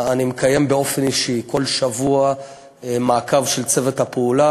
אני מקיים באופן אישי כל שבוע מעקב של צוות הפעולה.